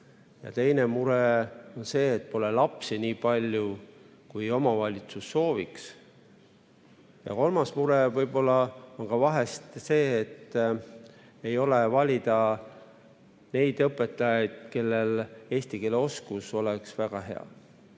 Teine mure on see, et pole lapsi nii palju, kui omavalitsus sooviks. Kolmas mure võib-olla on vahel see, et ei ole valida õpetajaid, kelle eesti keele oskus oleks väga hea.